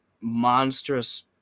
monstrous